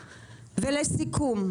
ולסיכום,